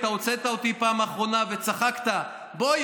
אתה הוצאת אותי בפעם האחרונה וצחקת: בוא,